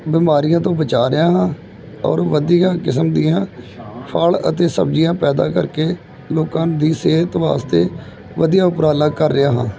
ਬਿਮਾਰੀਆਂ ਤੋਂ ਬਚਾ ਰਿਹਾ ਹਾਂ ਔਰ ਵਧੀਆ ਕਿਸਮ ਦੀਆਂ ਫ਼ਲ ਅਤੇ ਸਬਜ਼ੀਆਂ ਪੈਦਾ ਕਰਕੇ ਲੋਕਾਂ ਦੀ ਸਿਹਤ ਵਾਸਤੇ ਵਧੀਆ ਉਪਰਾਲਾ ਕਰ ਰਿਹਾ ਹਾਂ